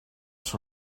sur